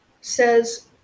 says